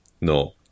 No